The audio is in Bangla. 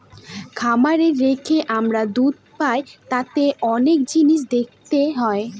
খামারে রেখে আমরা দুধ পাই তাতে অনেক জিনিস দেখতে হয়